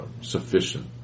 sufficient